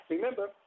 Remember